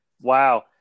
Wow